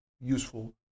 useful